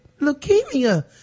leukemia